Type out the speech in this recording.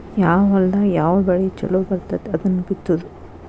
ಯಾವ ಹೊಲದಾಗ ಯಾವ ಬೆಳಿ ಚುಲೊ ಬರ್ತತಿ ಅದನ್ನ ಬಿತ್ತುದು